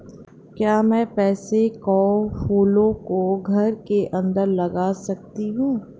क्या मैं पैंसी कै फूलों को घर के अंदर लगा सकती हूं?